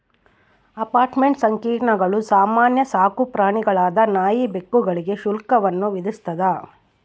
apartment ಸಂಕೀರ್ಣಗಳು ಸಾಮಾನ್ಯ ಸಾಕುಪ್ರಾಣಿಗಳಾದ ನಾಯಿ ಬೆಕ್ಕುಗಳಿಗೆ ಶುಲ್ಕವನ್ನು ವಿಧಿಸ್ತದ